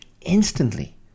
instantly